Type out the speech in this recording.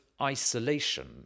isolation